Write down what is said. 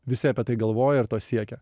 visi apie tai galvoja ir to siekia